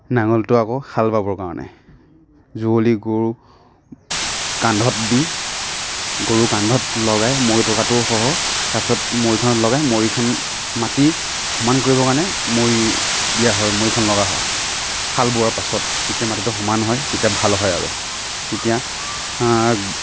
নাঙলটো আকৌ হাল বাবৰ কাৰণে যুঁৱলি গৰু কান্ধত দি গৰু কান্ধত লগাই মৈ টগাটো সহ তাৰপাছত মৈখনত লগাই মৈখন মাটি সমান কৰিবৰ কাৰণে মৈ দিয়া হয় মৈখন লগা হয় হাল বোৱাৰ পাছত তেতিয়া মাটিটো সমান হয় তেতিয়া ভাল হয় আৰু তেতিয়া